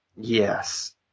Yes